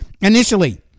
Initially